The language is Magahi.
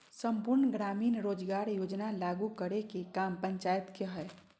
सम्पूर्ण ग्रामीण रोजगार योजना लागू करे के काम पंचायत के हय